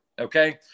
Okay